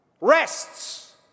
rests